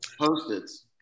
Post-its